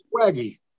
swaggy